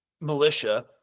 militia